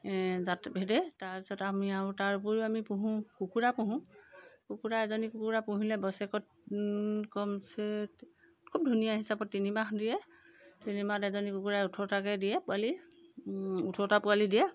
জাত ভেদে তাৰপিছত আৰু আমি আৰু তাৰ উপৰিও আমি পোহোঁ কুকুৰা পোহোঁ কুকুৰা এজনী কুকুৰা পুহিলে বছৰেকত কমচে খুব ধুনীয়া হিচাপত তিনিবাহ দিয়ে তিনিবাহত এজনী কুকুৰাই ওঠৰটাকৈ দিয়ে পোৱালি ওঠৰটা পোৱালি দিয়ে